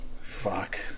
Fuck